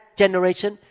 generation